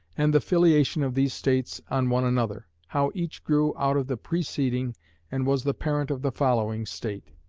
and the filiation of these states on one another how each grew out of the preceding and was the parent of the following state.